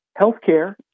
Healthcare